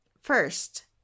First